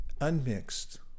unmixed